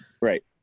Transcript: Right